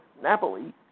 Napoli